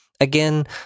Again